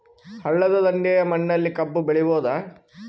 ಹಳ್ಳದ ದಂಡೆಯ ಮಣ್ಣಲ್ಲಿ ಕಬ್ಬು ಬೆಳಿಬೋದ?